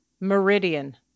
Meridian